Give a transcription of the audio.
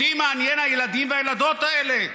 אותי מעניין הילדים והילדות האלה,